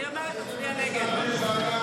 ההצעה להעביר לוועדת הבריאות את הצעת חוק